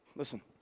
Listen